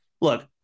look